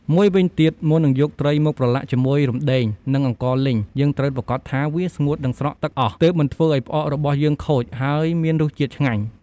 មួយវិញទៀត មុននឹងយកត្រីមកប្រឡាក់ជាមួយរំដេង និងអង្ករលីង យើងត្រូវប្រាកដថា វាស្ងួត និងស្រក់ទឹកអស់ ទើបមិនធ្វើឱ្យផ្អករបស់យើងខូច ហើយមានរសជាតិឆ្ងាញ់។